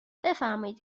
بفرمایید